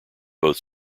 both